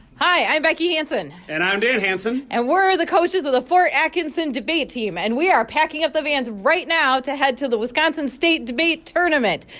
hi. i'm becky hansen and i'm dan hansen and we're the coaches of the fort atkinson debate team. and we are packing up the vans right now to head to the wisconsin state debate tournament.